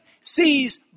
sees